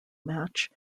match